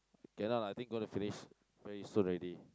cannot lah I think gonna finish very soon ready